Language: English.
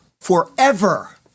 forever